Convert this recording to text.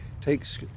Takes